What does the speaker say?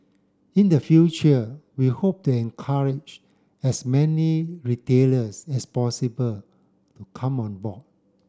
in the future we hope to encourage as many retailers as possible to come on board